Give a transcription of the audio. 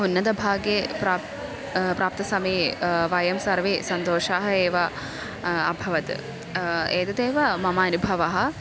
उन्नतभागे प्राप्य प्राप्तसमये वयं सर्वे सन्तोषाः एव अभवत् एतदेव मम अनुभवः